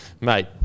mate